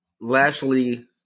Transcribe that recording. Lashley